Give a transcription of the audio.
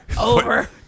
Over